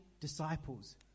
disciples